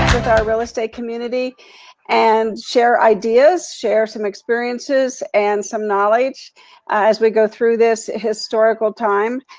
with our real estate community and share ideas, share some experiences, and some knowledge as we go through this historical time.